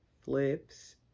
flips